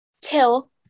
Till